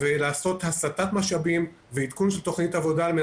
ולעשות הסטת משאבים ועדכון תכנית העבודה כדי